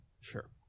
Sure